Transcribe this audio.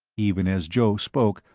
even as joe spoke,